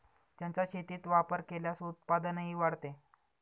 त्यांचा शेतीत वापर केल्यास उत्पादनही वाढते